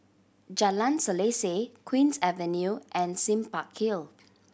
Jalan Selaseh Queen's Avenue and Sime Park Hill